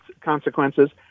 consequences